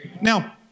Now